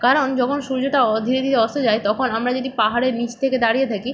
কারণ যখন সূর্যটা ধীরে ধীরে অস্ত যায় তখন আমরা যদি পাহাড়ের নিচ থেকে দাঁড়িয়ে থাকি